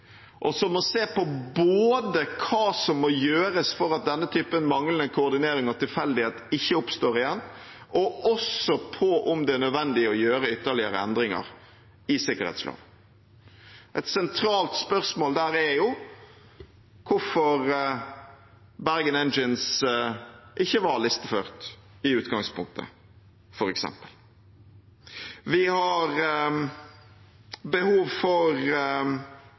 som må se på både hva som må gjøres for at denne typen manglende koordinering og tilfeldighet ikke oppstår igjen, og også på om det er nødvendig å gjøre ytterligere endringer i sikkerhetsloven. Et sentralt spørsmål der er hvorfor Bergen Engines ikke var listeført i utgangspunktet, f.eks. Vi har fortsatt behov for